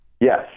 Yes